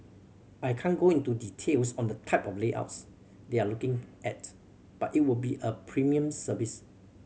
I can't go into details on the type of layouts they're looking at but it would be a premium service